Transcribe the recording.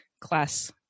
class